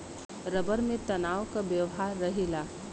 rubber में तनाव क व्यवहार रहेला